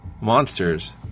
monsters